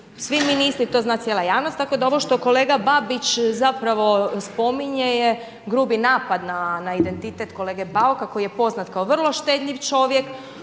svi ministri, to zna cijela javnost. Tako da ovo što kolega Babić zapravo spominje je grubi napad na identitet kolege Bauka, koji je poznat kao vrlo štedljiv čovjek,